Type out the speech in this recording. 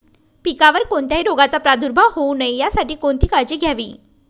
पिकावर कोणत्याही रोगाचा प्रादुर्भाव होऊ नये यासाठी कोणती काळजी घ्यावी?